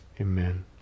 Amen